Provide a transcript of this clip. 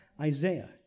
Isaiah